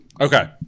okay